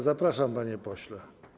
Zapraszam, panie pośle.